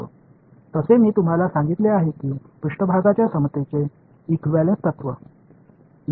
இதன் பிற சாத்தியமான வேறுபாடுகள் உள்ளன நான் விளையாடும் இந்த விளையாட்டில் நான் en cross E 2 ஐ வைத்திருக்க வேண்டும் என்று நீங்கள் கற்பனை செய்யலாம்